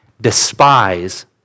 despise